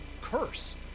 curse